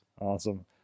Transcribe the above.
Awesome